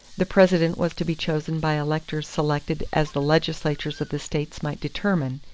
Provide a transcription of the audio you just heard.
the president was to be chosen by electors selected as the legislatures of the states might determine,